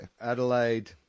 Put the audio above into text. Adelaide